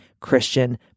Christian